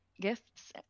gifts